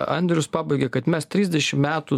andrius pabaigė kad mes trisdešim metų